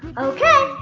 ok,